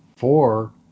four